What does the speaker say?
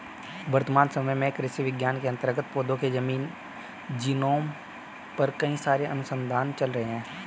वर्तमान समय में कृषि विज्ञान के अंतर्गत पौधों के जीनोम पर कई सारे अनुसंधान चल रहे हैं